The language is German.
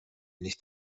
nicht